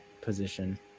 position